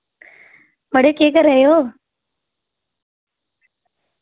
मड़े केह् करा दे ओ